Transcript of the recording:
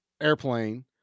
airplane